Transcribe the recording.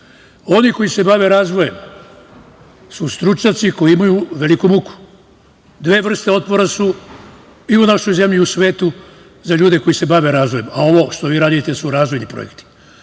oni koji se bave razvojem su stručnjaci koji imaju veliku muku. Dve vrste otpora su i u našoj zemlji i u svetu za ljude koji se bave razvojem, a ovo što vi radite su razvojni projekti.